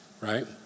right